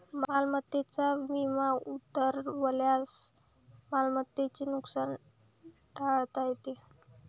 मालमत्तेचा विमा उतरवल्यास मालमत्तेचे नुकसान टाळता येते